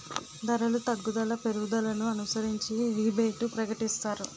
ధరలు తగ్గుదల పెరుగుదలను అనుసరించి రిబేటు ప్రకటిస్తారు